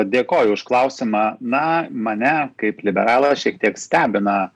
dėkoju už klausimą na mane kaip liberalą šiek tiek stebina